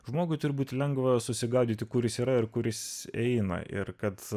žmogui turbūt lengva susigaudyti kuris yra ir kuris eina ir kad